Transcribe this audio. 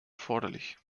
erforderlich